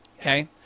Okay